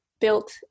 built